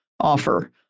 offer